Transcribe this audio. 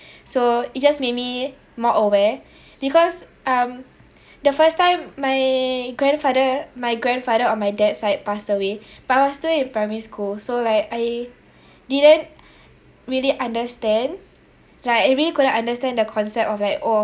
so it just made me more aware because um the first time my grandfather my grandfather on my dad's side passed away but I was still in primary school so like I didn't really understand like I really couldn't understand the concept of like oh